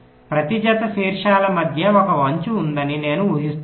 ప్రతి జత శీర్షాల మధ్య ఒక అంచు ఉందని నేను ఊహిస్తున్నాను